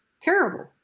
terrible